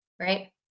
right